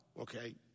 okay